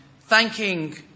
thanking